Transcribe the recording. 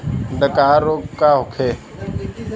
डकहा रोग का होखे?